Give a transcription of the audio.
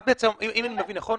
אם אני מבין נכון,